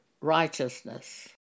righteousness